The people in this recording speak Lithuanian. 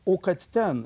o kad ten